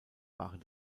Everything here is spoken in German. waren